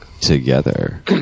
together